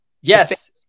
Yes